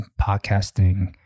podcasting